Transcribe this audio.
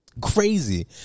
Crazy